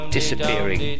disappearing